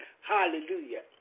Hallelujah